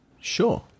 Sure